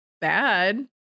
bad